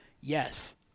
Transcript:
yes